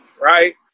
right